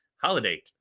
Holiday